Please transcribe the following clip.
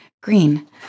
green